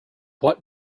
what